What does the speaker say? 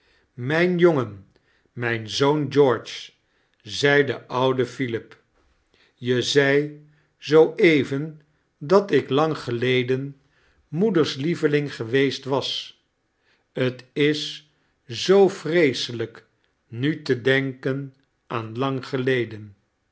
mijn jongen i mijn zoon george zei de oude philip j zei zoo even dat ik lang geleden moeders lieveling geweest was t is zoo vreeselijk nu te denken aan lang geleden